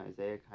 Isaiah